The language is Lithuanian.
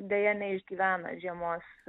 deja neišgyvena žiemos